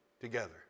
together